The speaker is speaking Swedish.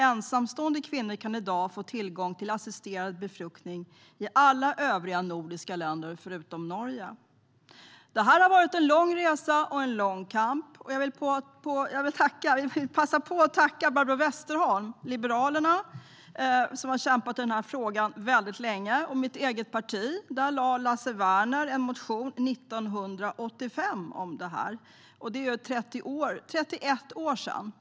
Ensamstående kvinnor kan i dag få tillgång till assisterad befruktning i alla övriga nordiska länder, förutom Norge. Det har varit en lång resa och en lång kamp, och jag vill passa på att tacka Barbro Westerholm från Liberalerna som har kämpat i frågan väldigt länge. Jag vill också tacka mitt eget parti - Lasse Werner väckte en motion om detta redan 1985. Det är 31 år sedan.